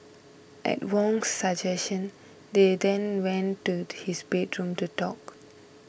at Wong's suggestion they then went to his bedroom to talk